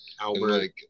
Albert